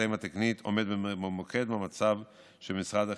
האם התקנית עומד במוקד מאמציו של משרד החינוך.